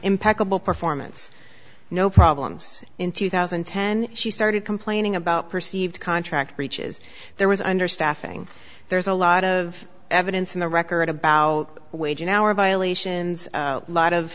impeccable performance no problems in two thousand and ten she started complaining about perceived contract breaches there was understaffing there's a lot of evidence in the record about wage an hour violations lot of